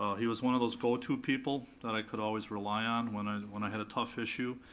he was one of those go to people that i could always rely on when on when i had a tough issue.